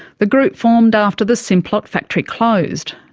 the group formed after the simplot factory closed,